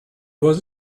was